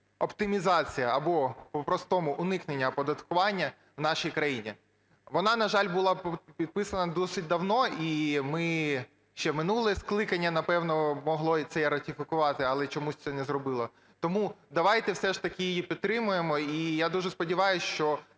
оптимізації, або по-простому уникнення оподаткування, в нашій країні. Вона, на жаль, була підписана досить давно, і ми ще минуле скликання, напевно, могли це ратифікувати, але чомусь це не зробило. Тому давайте все ж таки її підтримаємо, і я дуже сподіваюсь, що